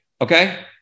Okay